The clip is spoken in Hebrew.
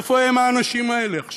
איפה הם האנשים האלה עכשיו?